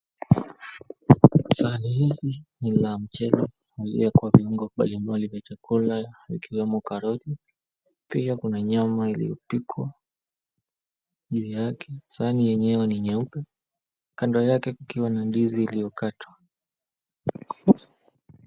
Sahani hizi ni la mchele uliowekwa viungo mbalimbali vya chakula ikiwemo karoti, pia kuna nyama iliyopikwa juu yake. Sahani yenyewe ni nyeupe kando yake kukiwa na ndizi iliyokatwa.